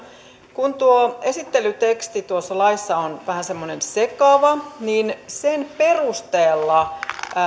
kun tuo esittelyteksti tuossa laissa on vähän semmoinen sekava niin sen perusteella